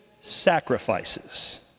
sacrifices